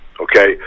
okay